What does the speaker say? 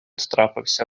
трапився